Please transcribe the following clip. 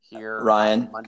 Ryan